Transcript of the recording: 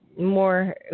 more